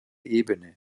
ebene